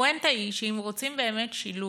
הפואנטה היא שאם רוצים באמת שילוב,